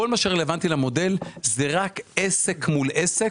כל מה שרלוונטי למודל זה רק עסק מול עסק,